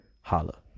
Holla